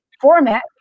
format